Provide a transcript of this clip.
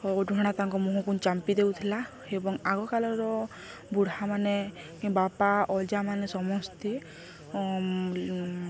ଓଢ଼ଣା ତାଙ୍କ ମୁହଁକୁ ଚାମ୍ପି ଦେଉଥିଲା ଏବଂ ଆଗକାଳର ବୁଢ଼ାମାନେ ବାପା ଅଜା ମାନେ ସମସ୍ତେ